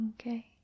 Okay